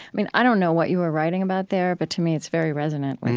i mean, i don't know what you were writing about there, but to me it's very resonant